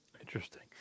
Interesting